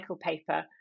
paper